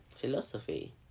philosophy